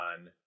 on